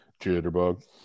Jitterbug